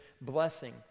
blessing